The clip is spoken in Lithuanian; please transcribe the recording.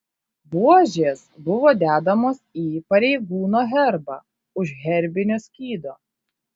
buožės buvo dedamos į pareigūno herbą už herbinio skydo